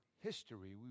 history